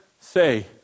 say